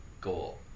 goal